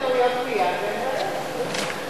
שם מתקנים את הטעויות מייד ואין שום בעיה.